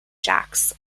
jacks